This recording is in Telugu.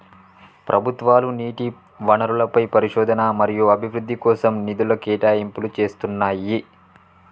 ప్రభుత్వాలు నీటి వనరులపై పరిశోధన మరియు అభివృద్ధి కోసం నిధుల కేటాయింపులు చేస్తున్నయ్యి